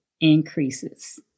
increases